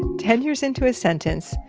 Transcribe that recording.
ten years into his sentence,